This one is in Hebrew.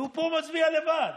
והוא פה מצביע לבד.